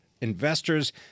investors